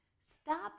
stop